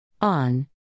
On